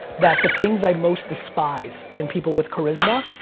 that the things i most despise, and people with charisma,